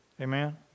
Amen